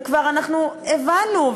וכבר הבנו,